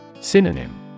Synonym